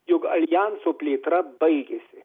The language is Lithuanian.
jog aljanso plėtra baigėsi